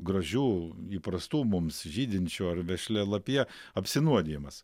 gražių įprastų mums žydinčių ar vešlia lapija apsinuodijimas